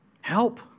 Help